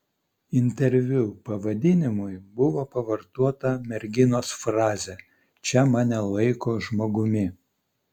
interviu pavadinimui buvo pavartota merginos frazė čia mane laiko žmogumi